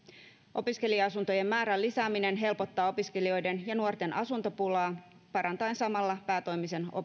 opiskelija asuntojen määrän lisääminen helpottaa opiskelijoiden ja nuorten asuntopulaa parantaen samalla päätoimisen